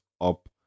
up